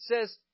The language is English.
says